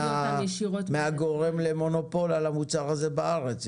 מהגורם למונופול על המוצר הזה בארץ.